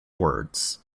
words